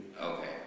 Okay